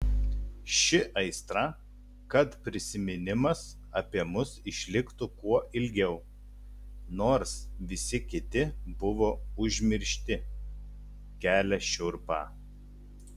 ši aistra kad prisiminimas apie mus išliktų kuo ilgiau nors visi kiti buvo užmiršti kelia šiurpą